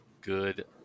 good